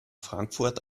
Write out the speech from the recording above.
frankfurt